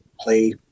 play